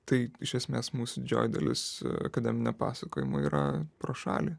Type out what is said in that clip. tai iš esmės mūsų didžioji dalis akademinio pasakojimo yra pro šalį